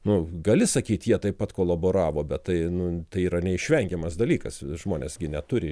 nu gali sakyt jie taip pat kolaboravo bet tai nu tai yra neišvengiamas dalykas žmonės gi neturi